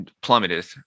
plummeted